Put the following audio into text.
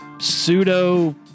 pseudo